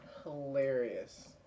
Hilarious